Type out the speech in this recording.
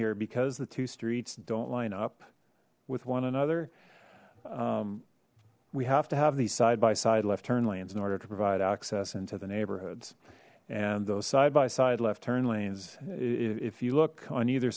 here because the two streets don't line up with one another we have to have these side by side left turn lanes in order to provide access into the neighborhoods and those side by side left turn lanes if you look on either